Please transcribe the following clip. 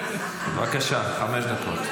בבקשה, חמש דקות.